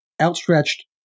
outstretched